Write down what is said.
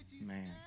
man